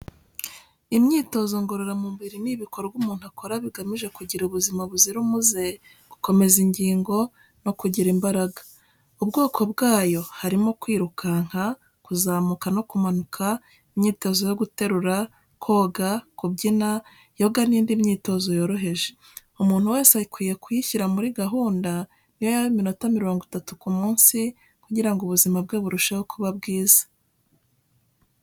Imyitozo ngororamubiri ni ibikorwa umuntu akora bigamije kugira ubuzima buzira umuze, gukomeza ingingo no kugira imbaraga. Ubwoko bwayo harimo: kwirukanka, kuzamuka no kumanuka, imyitozo yo guterura, koga, kubyina, yoga n’indi myitozo yoroheje. Umuntu wese akwiye kuyishyira muri gahunda, ni yo yaba iminota mirongo itatu ku munsi, kugira ngo ubuzima bwe burusheho kuba bwiza.